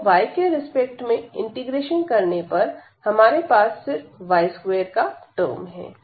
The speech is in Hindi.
तो y के रिस्पेक्ट में इंटीग्रेशन करने पर हमारे पास सिर्फ y2 का टर्म है